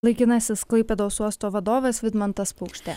laikinasis klaipėdos uosto vadovas vidmantas paukštė